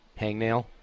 Hangnail